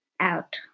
out